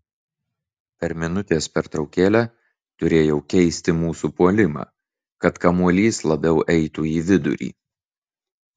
per minutės pertraukėlę turėjau keisti mūsų puolimą kad kamuolys labiau eitų į vidurį